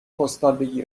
پستال